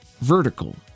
vertical